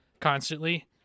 constantly